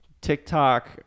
TikTok